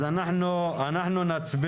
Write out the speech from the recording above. אז אנחנו נצביע.